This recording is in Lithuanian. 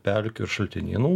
pelkių ir šaltinynų